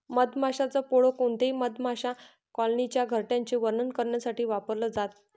मधमाशांच पोळ कोणत्याही मधमाशा कॉलनीच्या घरट्याचे वर्णन करण्यासाठी वापरल जात